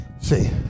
See